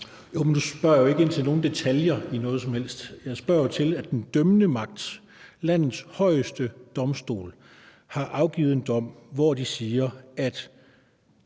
(LA): Nu spørger jeg jo ikke ind til nogen detaljer i noget som helst. Mit spørgsmål går på, at den dømmende magt, landets højeste domstol, har afsagt en dom, hvor de siger, at